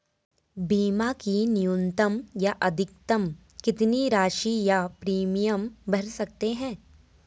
बीमा की न्यूनतम या अधिकतम कितनी राशि या प्रीमियम भर सकते हैं?